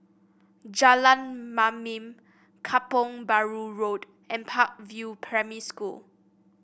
Jalan Mamam Kampong Bahru Road and Park View Primary School